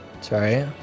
sorry